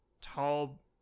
tall